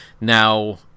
now